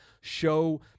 Show